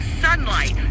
sunlight